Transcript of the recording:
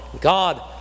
God